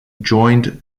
joined